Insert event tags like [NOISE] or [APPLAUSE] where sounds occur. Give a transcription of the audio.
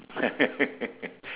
[LAUGHS]